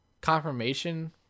confirmation